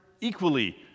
equally